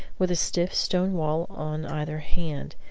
with a stiff stone wall on either hand,